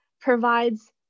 provides